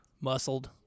Muscled